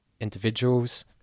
individuals